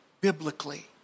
biblically